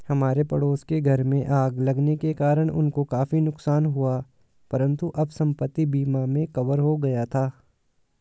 हमारे पड़ोस के घर में आग लगने के कारण उनको काफी नुकसान हुआ परंतु सब संपत्ति बीमा में कवर हो गया था